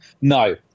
No